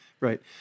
Right